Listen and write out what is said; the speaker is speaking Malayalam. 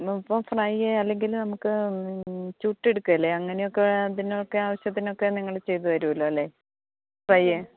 ഇപ്പോ ഫ്രയ് അല്ലെങ്കിൽ നമുക്ക് ചുട്ട് എടുക്കുകയല്ലേ അങ്ങനെയൊക്കെ അതിനൊക്കെ ആവശ്യത്തിനൊക്കെ നിങ്ങൾ ചെയ്തു തരുമല്ലോ അല്ലേ ഫ്രൈയ്